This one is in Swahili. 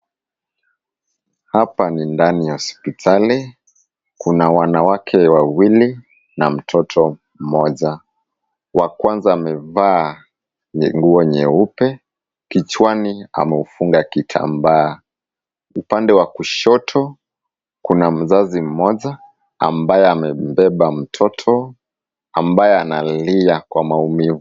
Hapa ni ndani ya hosipitali. Kuna wanawake wawili na mtoto mmoja. Wa kwanza amevaa nguo nyeupe, kichwani ameufunga kitambaa . Upande wa kushoto kuna mzazi mmoja ambaye amembeba mtoto ambaye analilia kwa maumivu.